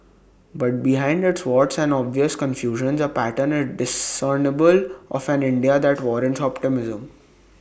but behind its warts and obvious confusions A pattern is discernible of an India that warrants optimism